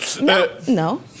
No